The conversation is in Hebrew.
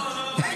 לא, לא.